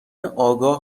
آگاه